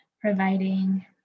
providing